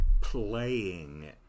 playing